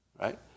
right